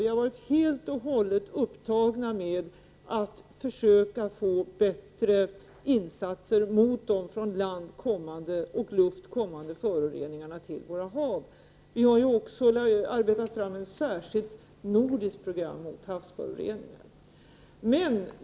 Vi har varit helt och hållet upptagna med att försöka få bättre insatser mot de från land och luft kommande föroreningarna till våra hav. Vi har också arbetat fram ett särskilt nordiskt program mot havsföroreningar.